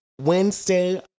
Wednesday